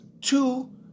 two